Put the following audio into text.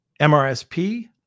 MRSP